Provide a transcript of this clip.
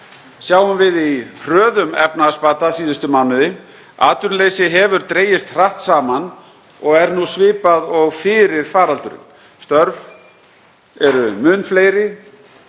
sjáum við í hröðum efnahagsbata síðustu mánuði. Atvinnuleysi hefur dregist hratt saman og er nú svipað og fyrir faraldurinn. Störf eru mun fleiri